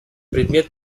предмет